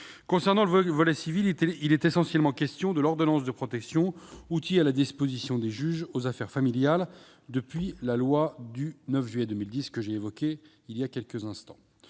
Concernant le volet civil, il est essentiellement question de l'ordonnance de protection, outil à la disposition des juges aux affaires familiales depuis la loi du 9 juillet 2010. L'ordonnance de protection est